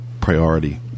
priority